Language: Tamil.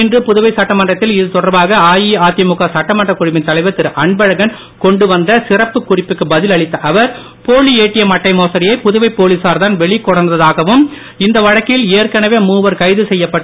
இன்று புதுவை சட்டமன்றத்தில் இதுதொடர்பாக அஇஅதிமுக சட்டமன்றக் குழுவின் தலைவர் திருஅன்பழகன் கொண்டு வந்த சிறப்புக் குறிப்புக்கு பதில் அளித்த அவர் போலி ஏடிஎம் அட்டை மோசடியை புதுவை போலீசார் தான் வெளிக்கொணர்ந்ததாகவும் இந்த வழக்கில் ஏற்கனவே மூவர் கைது செய்யப்பட்டு